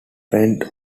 went